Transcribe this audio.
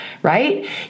right